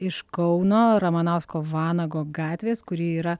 iš kauno ramanausko vanago gatvės kuri yra